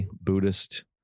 Buddhist